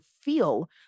feel